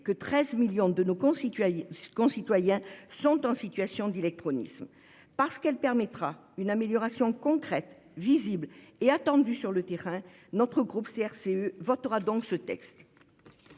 que 13 millions de nos concitoyens sont en situation d'illectronisme. Parce que ce texte permettra une amélioration concrète, visible et attendue sur le terrain, le groupe CRCE le votera.